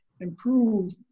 improve